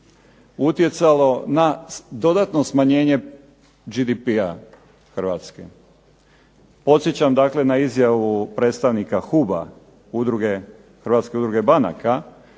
utjecalo na dodatno smanjenje GDP-a Hrvatske. podsjećam dakle na izjavu predstavnika HUB-a, Hrvatske udruge banaka